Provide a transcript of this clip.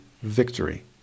victory